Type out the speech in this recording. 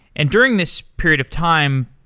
and during this period of time,